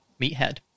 meathead